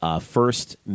first